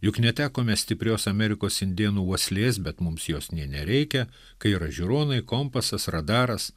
juk netekome stiprios amerikos indėnų uoslės bet mums jos nė nereikia kai yra žiūronai kompasas radaras